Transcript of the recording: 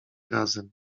razem